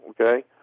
okay